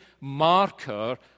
marker